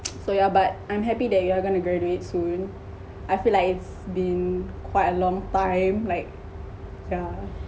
so yeah but I'm happy that you are gonna graduate soon I feel like it's been quite a long time like yeah